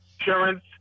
insurance